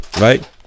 right